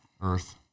earth